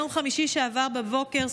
ביום חמישי שעבר בבוקר,